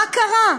מה קרה?